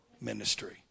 ministry